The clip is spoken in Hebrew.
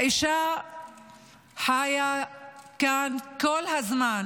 האישה חיה כאן כל הזמן.